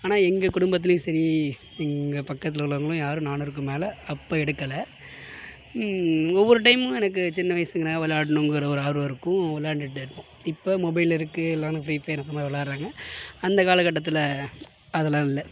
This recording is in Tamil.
ஆனால் எங்கள் குடும்பத்துலேயும் சரி எங்கள் பக்கத்தில் உள்ளவங்களும் யாரும் நானூறுக்கு மேலே அப்போ எடுக்கலை ஒவ்வொரு டைமும் எனக்கு சின்ன வயசுங்ன விளாடுணுங்கிற ஒரு ஆர்வம் இருக்கும் விளாண்டுட்டுருப்போம் இப்போ மொபைல் இருக்குது எல்லாமே ஃப்ரீ ஃபயர் அந்த மாதிரி விளாட்றாங்க அந்த காலக்கட்டத்தில் அதலாம் இல்லை